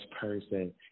person